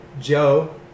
Joe